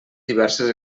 diverses